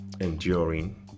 enduring